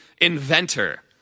inventor